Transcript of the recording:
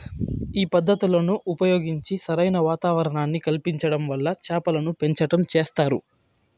ఈ పద్ధతులను ఉపయోగించి సరైన వాతావరణాన్ని కల్పించటం వల్ల చేపలను పెంచటం చేస్తారు